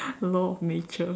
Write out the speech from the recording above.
law of nature